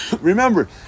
Remember